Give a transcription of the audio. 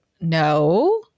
No